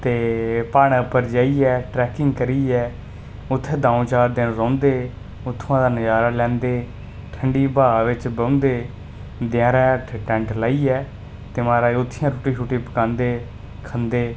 ते प्हाड़ा उप्पर जाइयै ट्रैकिंग करियै उत्थै दु'ऊं चार दिन रौंह्दे उत्थुआं दा नजारा लैंदे ठंडी ब्हाऽ बिच्च बौंह्दे देयारै हेठ टैंट लाइयै ते महाराज उत्थै ईं रुट्टी शुट्टी पकांदे खंदे